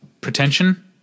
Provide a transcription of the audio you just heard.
pretension